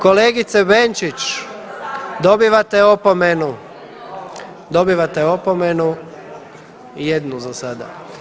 Kolegice Benčić dobivate opomenu, dobivate opomenu jednu za sada.